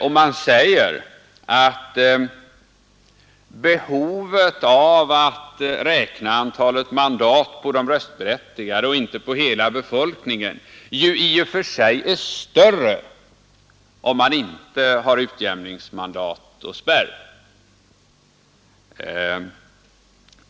Utskottet säger att behovet av att räkna antalet mandat på de röstberättigade och inte på hela befolkningen ju i och för sig är större, om man inte har utjämningsmandat och spärr.